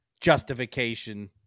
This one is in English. justification